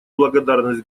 благодарность